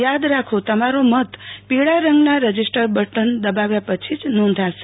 યાદ રાખો તમારી મત પીળા રંગના રજીસ્ટર બટન દબાવ્યા પછી જ નોંધાશે